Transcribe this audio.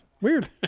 weird